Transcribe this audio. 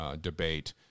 debate